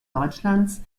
deutschlands